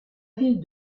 ville